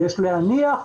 יש להניח,